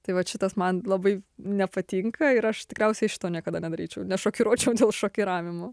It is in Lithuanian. tai vat šitas man labai nepatinka ir aš tikriausiai šito niekada nedaryčiau nešokiruočiau dėl šokiravimo